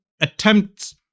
attempts